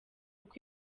uko